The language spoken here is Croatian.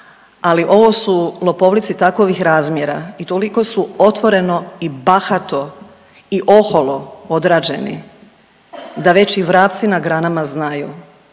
ali ovo su lopovluci takovih razmjera i toliko su otvoreno i bahato i oholo odrađeni da već i vrapci na granama znaju